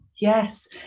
Yes